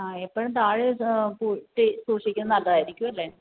ആ എപ്പോഴും താഴെ സൂ ട്ടെ സൂക്ഷിക്കുന്നത് നല്ലതായിരിക്കും അല്ലേ